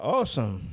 Awesome